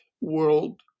world